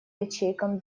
ячейкам